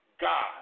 God